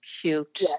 cute